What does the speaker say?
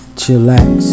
chillax